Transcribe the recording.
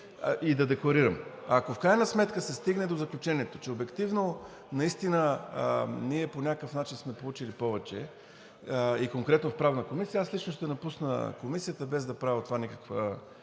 и да декларирам – ако в крайна сметка се стигне до заключението, че обективно наистина ние по някакъв начин сме получили повече и конкретно в Правната комисия, аз лично ще напусна Комисията, без да правя от това никаква